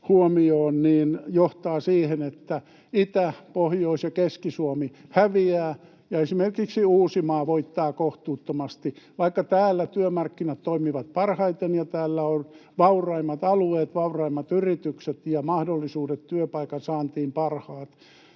huomioon — johtaa siihen, että Itä-, Pohjois- ja Keski-Suomi häviävät ja esimerkiksi Uusimaa voittaa kohtuuttomasti, vaikka täällä työmarkkinat toimivat parhaiten ja täällä on vauraimmat alueet, vauraimmat yritykset ja parhaat mahdollisuudet työpaikan saantiin,